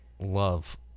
love